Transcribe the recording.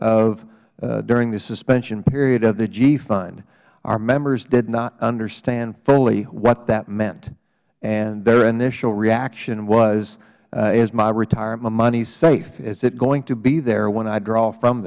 during the suspension period of the g fund our members did not understand fully what that meant and their initial reaction was is my retirement money safe is it going to be there when i draw from